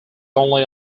only